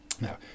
Now